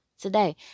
today